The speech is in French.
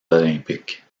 olympiques